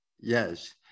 Yes